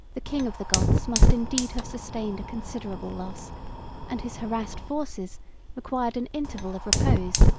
the king of the goths must indeed have sustained a considerable loss and his harassed forces required an interval of repose,